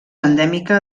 endèmica